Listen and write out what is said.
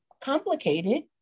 complicated